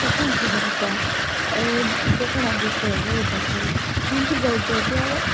कशें हां खबर आसा जे कोणागेर शेत रोयता पय तेंची घरचे अशें